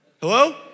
Hello